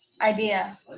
idea